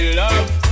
love